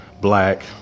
black